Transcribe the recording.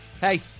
Hey